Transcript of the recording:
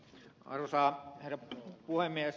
arvoisa herra puhemies